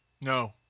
No